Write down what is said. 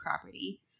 property